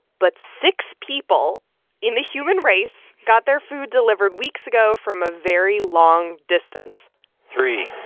but six people in the human race got their food delivered weeks ago from a very long distance three,